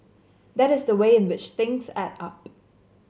that is the way in which things add up